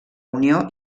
unió